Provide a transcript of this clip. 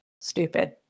stupid